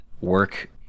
work